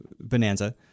Bonanza